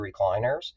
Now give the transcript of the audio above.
recliners